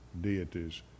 deities